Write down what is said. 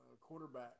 quarterback